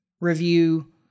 review